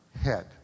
head